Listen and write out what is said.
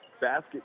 basket